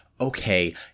okay